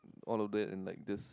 all of that and like just